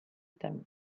them